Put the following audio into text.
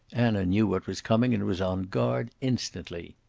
anna knew what was coming, and was on guard instantly.